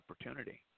opportunity